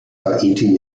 haiti